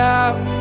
out